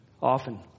often